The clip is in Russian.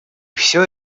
все